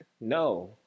No